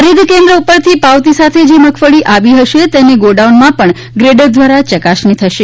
ખરીદ કેન્દ્ર ઉપરથી પાવતી સાથે જે મગફળી આવી હશે તેની ગોડાઉનમાં પણ ગ્રેડર દ્વારા ચકાસણી થશે